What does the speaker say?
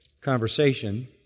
conversation